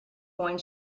going